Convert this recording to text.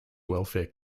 welfare